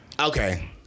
okay